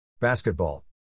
Basketball